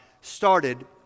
started